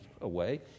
away